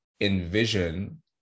envision